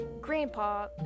grandpa